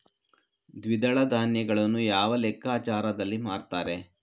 ದ್ವಿದಳ ಧಾನ್ಯಗಳನ್ನು ಯಾವ ಲೆಕ್ಕಾಚಾರದಲ್ಲಿ ಮಾರ್ತಾರೆ?